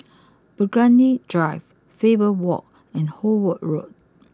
Burgundy Drive Faber walk and Howard Road